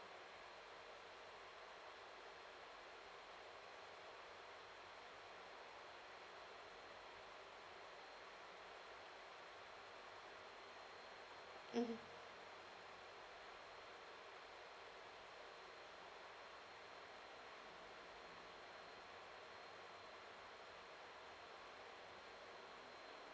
mmhmm